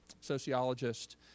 sociologist